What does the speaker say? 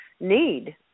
need